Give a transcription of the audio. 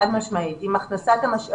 החדש ולבחינת היערכות המדינה למגפות ולרעידות